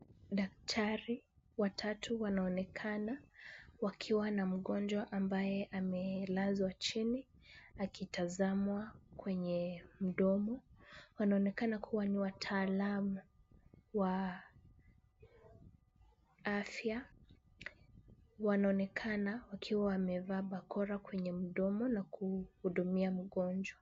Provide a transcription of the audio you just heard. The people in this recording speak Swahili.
Daktari watatu wanaonekana wakiwa na mgonjwa ambaye amelazwa chini, akitazamwa kwenye mdomo. Wanaonekana kuwa ni wataalamu, wa afya. Wanaonekana wakiwa wamevaa bakora kwenye mdomo na kuhudumia mgonjwa.